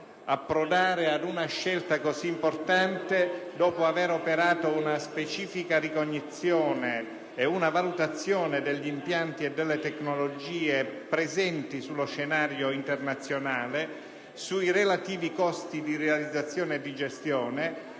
approdare ad una scelta così importante dopo aver operato una specifica ricognizione e una valutazione degli impianti e delle tecnologie presenti sullo scenario internazionale, dei relativi costi di realizzazione e di gestione,